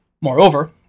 Moreover